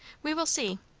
we will see.